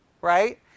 right